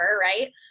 Right